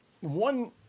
one